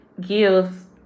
gives